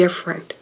different